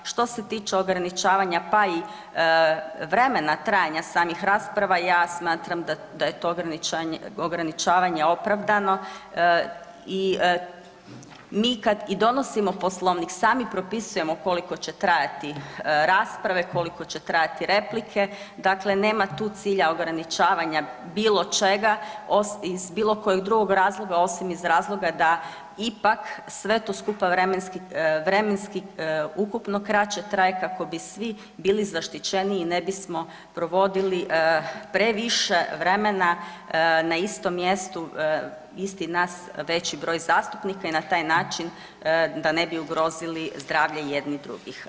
Što se tiče ograničavanja pa i vremena trajanja samih rasprava ja smatram da je to ograničavanje opravdano i mi i kad donosimo Poslovnik sami propisujemo koliko će trajati rasprave, koliko će trajati replike, dakle nema tu cilja ograničavanja bilo čega iz bilo kojeg drugog razloga osim iz razloga da ipak sve to skupa vremenski, vremenski ukupno kraće traje kako bi svi bili zaštićeniji, ne bismo provodili previše vremena na istom mjestu, isti nas, veći broj zastupnika i na taj način da ne bi ugrozili zdravlje jedni drugih.